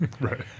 right